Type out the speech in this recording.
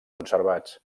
conservats